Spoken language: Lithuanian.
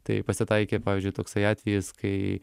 tai pasitaikė pavyzdžiui toksai atvejis kai